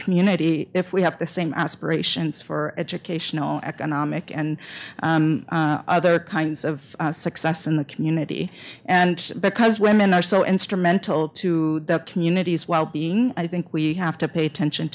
community if we have the same aspirations for educational economic and other kinds of success in the community and because women are so instrumental to the community's wellbeing i think we have to pay attention